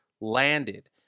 Landed